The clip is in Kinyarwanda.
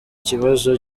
kibazo